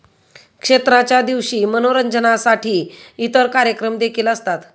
क्षेत्राच्या दिवशी मनोरंजनासाठी इतर कार्यक्रम देखील असतात